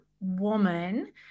woman